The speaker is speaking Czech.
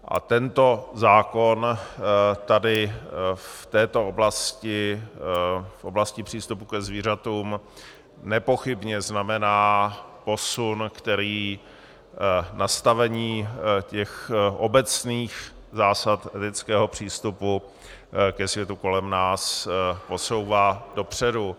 A tento zákon tady v této oblasti, v oblasti přístupu ke zvířatům, nepochybně znamená posun, který nastavením obecných zásad lidského přístupu ke světu kolem nás posouvá dopředu.